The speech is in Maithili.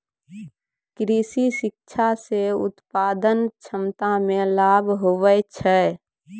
कृषि शिक्षा से उत्पादन क्षमता मे लाभ हुवै छै